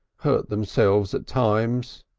hurt themselves at times.